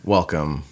Welcome